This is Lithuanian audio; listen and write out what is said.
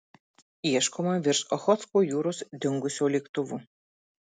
ieškoma virš ochotsko jūros dingusio lėktuvo